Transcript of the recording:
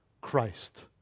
Christ